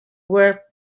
were